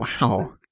Wow